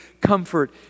comfort